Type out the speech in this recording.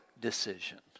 decision